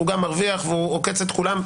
הוא גם מרוויח ועוקץ את כולם,